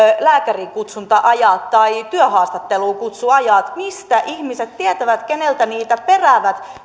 lääkäriin kutsunta ajat tai työhaastatteluun kutsuajat mistä ihmiset tietävät keneltä niitä peräävät